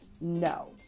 no